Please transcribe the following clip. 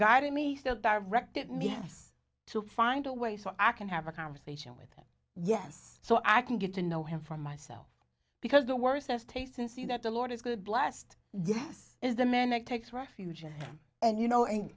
guided me still directed me to find a way so i can have a conversation with yes so i can get to know him from myself because the worst has taste and see that the lord is good blessed death is the man that takes refuge and you know and